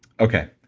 okay,